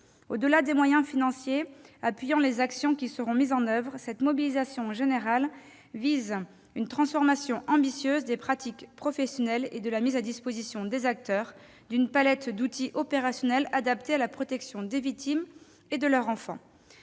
Au-delà des moyens financiers qui viendront en appui des actions qui seront mises en oeuvre, cette mobilisation générale vise une transformation ambitieuse des pratiques professionnelles et la mise à la disposition des acteurs d'une palette d'outils opérationnels et adaptés à la protection des victimes et de leurs enfants.